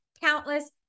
countless